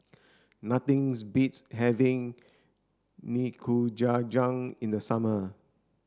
nothings beats having Nikujaga in the summer